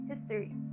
history